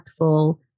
impactful